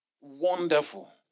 wonderful